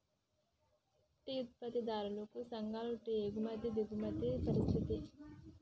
tea ఉత్పత్తిదారుల సంఘాలు tea ఎగుమతుల్ని దిగుమతుల్ని పరిశీలిస్తది